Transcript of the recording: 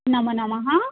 नमो नमः